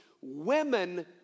women